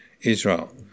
Israel